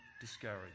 discouraged